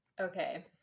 Okay